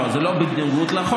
לא, זה לא בניגוד לחוק,